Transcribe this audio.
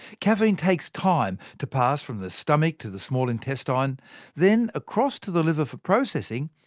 caffeine takes time to pass from the stomach to the small intestine, then across to the liver for processing,